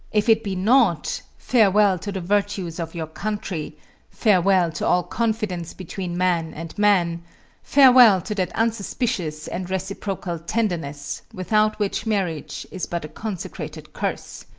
if it be not, farewell to the virtues of your country farewell to all confidence between man and man farewell to that unsuspicious and reciprocal tenderness, without which marriage is but a consecrated curse.